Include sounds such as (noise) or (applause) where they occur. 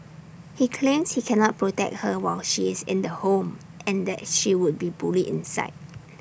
he claims he cannot protect her while she is in the home and that she would be bullied inside (noise)